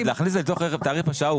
אז להכניס לתוך תעריף השער,